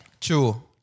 True